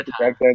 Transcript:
time